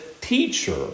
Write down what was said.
teacher